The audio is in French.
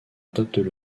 adoptent